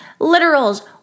Literals